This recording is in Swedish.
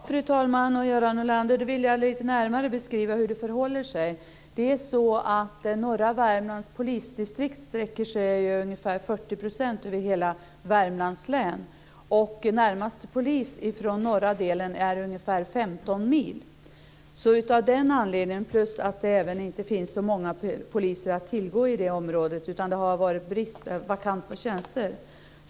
Fru talman! Göran Norlander! Då vill jag lite närmare beskriva hur det förhåller sig. Norra Värmlands polisdistrikt sträcker sig över ungefär 40 % av hela Värmlands län. Och till närmaste polis från norra delen är det ungefär 15 mil. Dessutom finns det inte så många poliser att tillgå i det området - det har varit vakanta tjänster.